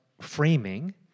framing